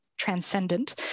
transcendent